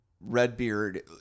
Redbeard